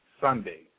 Sunday